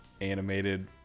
animated